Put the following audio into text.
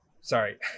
Sorry